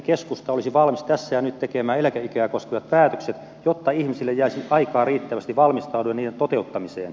keskusta olisi valmis tässä ja nyt tekemään eläkeikää koskevat päätökset jotta ihmisille jäisi aikaa riittävästi valmistautua niiden toteuttamiseen